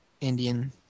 Indian